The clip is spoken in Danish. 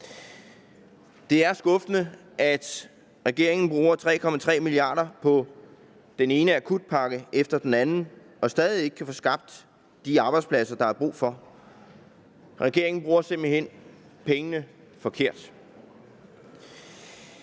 Det er skuffende, at regeringen bruger 3,3 mia. kr. på den ene akutpakke efter den anden og stadig ikke kan få skabt de arbejdspladser, der er brug for. Regeringen bruger simpelt hen pengene forkert.